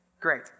Great